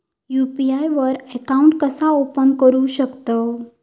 UPI वर account कसा open करू शकतव?